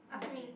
ask me